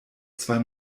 zwei